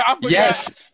Yes